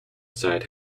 side